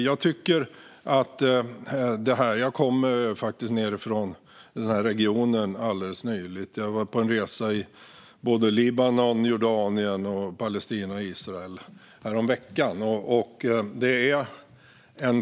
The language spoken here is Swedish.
Jag kom tillbaka från den här regionen alldeles nyligen. Jag var på en resa i Libanon, Jordanien, Palestina och Israel häromveckan.